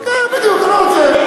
תבדוק את זה,